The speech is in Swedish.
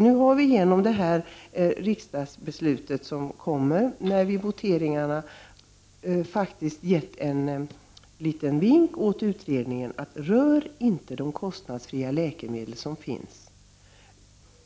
Nu har vi, i och med det riksdagsbeslut som kommer när vi börjar votera, faktiskt gett utredningen en liten vink: Rör inte de kostnadsfria läkemedel som finns!